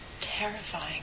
terrifying